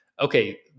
okay